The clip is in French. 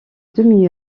demi